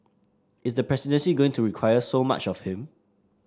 is the presidency going to require so much of him